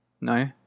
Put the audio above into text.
No